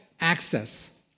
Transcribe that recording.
access